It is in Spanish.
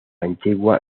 antigua